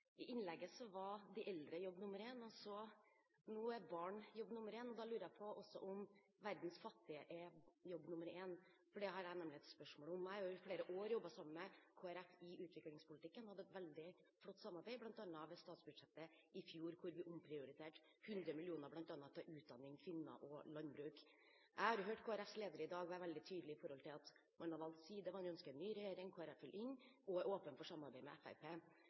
de eldre jobb nr. 1, og nå er barn jobb nr. 1, og da lurer jeg på om også verdens fattige er jobb nr. 1, for det har jeg nemlig et spørsmål om. Jeg har jo i flere år jobbet sammen med Kristelig Folkeparti i utviklingspolitikken og hatt et veldig flott samarbeid, bl.a. ved statsbudsjettet i fjor, hvor vi omprioriterte 100 mill. kr., bl.a. til utdanning, kvinner og landbruk. Jeg har hørt Kristelig Folkepartis leder i dag være veldig tydelig med tanke på at man har valgt side, man ønsker en ny regjering, Kristelig Folkeparti vil inn og er åpen for samarbeid med